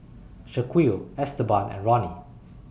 Shaquille Esteban and Ronny